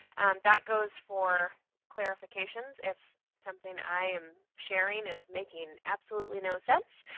that goes for clarifications. if something i am sharing is making absolutely no sense,